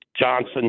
Johnson